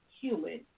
human